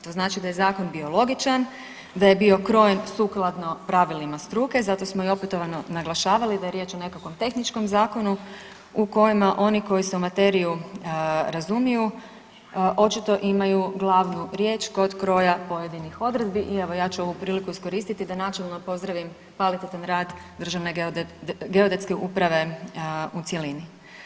To znači da je zakon bio logičan, da je bio krojen sukladno pravilima struke, zato smo i opetovano naglašavali da je riječ o nekakvom tehničkom zakonu u kojima oni koji se u materiju razumiju očito imaju glavnu riječ kod kroja pojedinih odredbi i evo, ja ću ovu priliku iskoristiti da načelno pozdravim kvalitetan rad Državne geodetske uprave u cjelini.